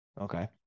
Okay